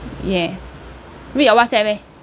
yeah read your whatsapp eh